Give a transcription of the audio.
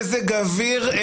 מזג אוויר,